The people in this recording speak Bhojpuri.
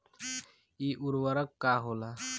इ उर्वरक का होला?